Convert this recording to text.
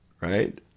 right